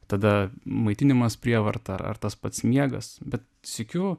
tada maitinimas prievarta ar ar tas pats miegas bet sykiu